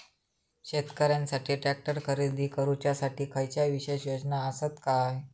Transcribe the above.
शेतकऱ्यांकसाठी ट्रॅक्टर खरेदी करुच्या साठी खयच्या विशेष योजना असात काय?